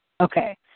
Okay